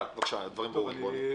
ברורים.